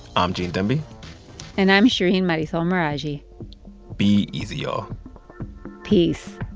um gene demby and i'm shereen marisol meraji be easy, y'all peace